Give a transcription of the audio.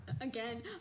Again